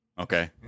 Okay